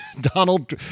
Donald